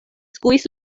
skuis